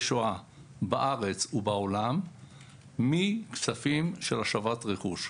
שואה בארץ ובעולם מכספים של השבת רכוש.